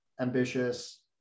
ambitious